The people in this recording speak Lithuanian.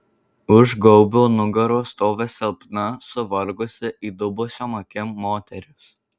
už gaubio nugaros stovi silpna suvargusi įdubusiom akim moteris